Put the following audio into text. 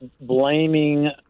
blaming